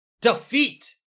defeat